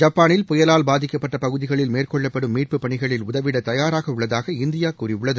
ஜப்பானில் புயலால் பாதிக்கப்பட்ட பகுதிகளில் மேற்கொள்ளப்படும் மீட்புப் பணிகளில் உதவிட தயாராக உள்ளதாக இந்தியா கூறியுள்ளது